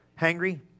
Hangry